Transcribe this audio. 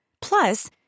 Plus